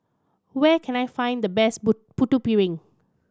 where can I find the best Putu Piring